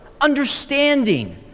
understanding